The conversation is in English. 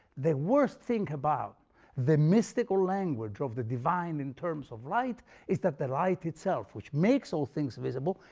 the worst thing about the mystical language of the divine in terms of light is that the light itself, which makes all things visible,